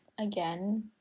again